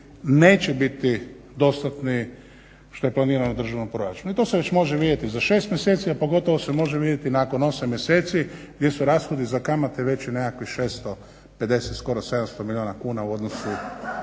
neće biti dostatni što je planirano u državnom proračunu. I to se već može vidjeti za 6 mjeseci, a pogotovo se može vidjeti nakon 8 mjeseci gdje su rashodi za kamate veći nekakvih 650, skoro 700 milijuna kuna u odnosu